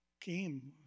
came